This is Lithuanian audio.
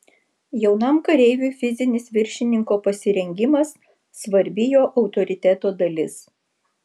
jaunam kareiviui fizinis viršininko pasirengimas svarbi jo autoriteto dalis